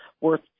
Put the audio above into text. worth